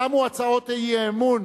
תמו הצעות האי-אמון